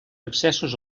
accessos